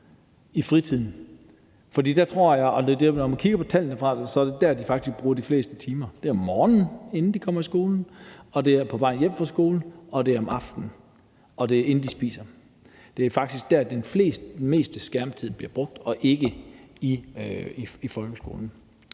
i fritiden. Når man kigger på tallene, er det faktisk der, de bruger de fleste timer. Det er om morgenen, inden de kommer i skole, og det er på vej hjem fra skole, og det er om aftenen, og det er, inden de spiser. Det er der, den meste af skærmtiden ligger, og ikke i folkeskolen.